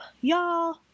y'all